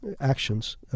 actions